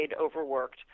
overworked